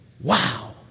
Wow